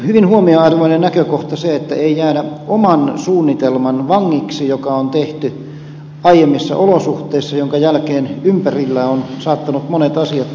hyvin huomionarvoinen näkökohta on se että ei jäädä sellaisen oman suunnitelman vangiksi joka on tehty aiemmissa olosuhteissa minkä jälkeen ympärillä ovat saattaneet monet asiat muuttua hyvinkin paljon